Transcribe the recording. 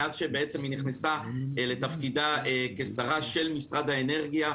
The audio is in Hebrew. מאז שהיא נכנסה לתפקידה כשרה של משרד האנרגיה,